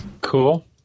Cool